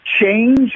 change